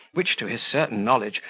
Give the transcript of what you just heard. which, to his certain knowledge,